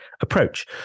approach